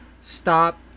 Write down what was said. stop